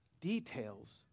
details